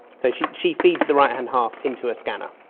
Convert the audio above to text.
so she she feeds the right-hand half into a scanner.